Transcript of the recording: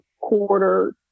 quarter